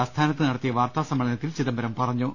ആസ്ഥാനത്ത് നടത്തിയ വാർത്താ സമ്മേളനത്തിൽ ചിദംബരം പറഞ്ഞു